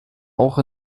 auch